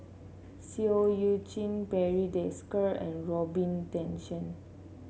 Seah Eu Chin Barry Desker and Robin Tessensohn